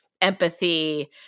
empathy